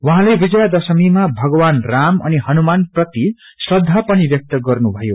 उहाँले विजया दश्रमीमा भगवान राम अनि हनुमान प्रति श्रदा पनि व्यक्त गर्नु भयो